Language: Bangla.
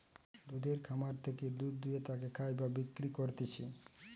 দুধের খামার থেকে দুধ দুয়ে তাকে খায় বা বিক্রি করতিছে